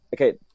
okay